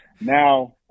now